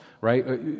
right